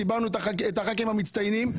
קיבלנו ח"כים מצטיינים,